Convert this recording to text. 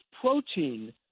protein